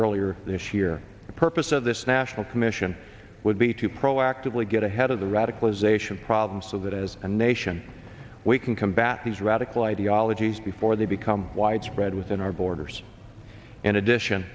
earlier this year the purpose of this national commission would be to proactively get ahead of the radicalization problem so that as a nation we can combat these radical ideologies before they become widespread within our borders in addition